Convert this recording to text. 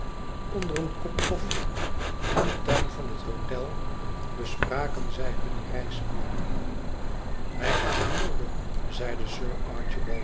onder een kop koffie in den tuin van het hôtel bespraken zij hunne reisplannen wij gaan naar molde zeide sir